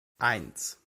eins